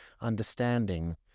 understanding